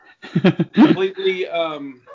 completely